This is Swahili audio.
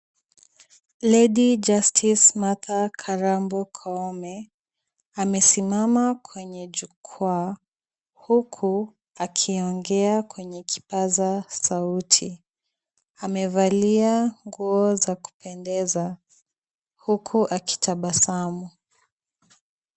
Lady Justice Martha Karambo Koome, amesimama kwenye jukwaa huku akiongea kwenye kipaza sauti. Amevalia nguo za kupendeza, huku akitabasamu.